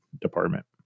department